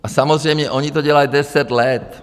A samozřejmě oni to dělají deset let.